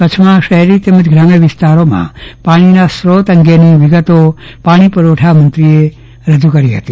કચ્છમાં શહેરી તેમજ ગ્રામ્ય વિસ્તારમાં પાણીના સ્રોત અંગેની વિગતો પાણી પૂરવઠા મંત્રીએ રજૂ કરી હતી